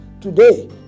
today